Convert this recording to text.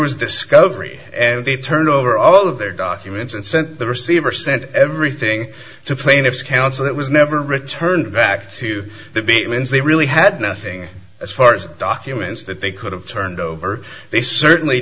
was discovery and they turned over all of their documents and sent the receiver sent everything to plaintiff's counsel it was never returned back to the beat means they really had nothing as far as documents that they could have turned over they certainly